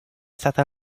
certain